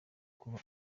kuba